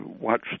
watch